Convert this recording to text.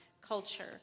culture